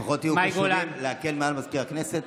לפחות תהיו קשובים כדי להקל על מזכיר הכנסת.